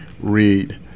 read